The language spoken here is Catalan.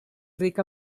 ric